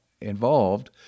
involved